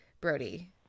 Brody